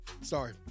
sorry